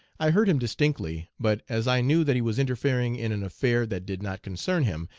i heard him distinctly, but as i knew that he was interfering in an affair that did not concern him,